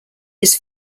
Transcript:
his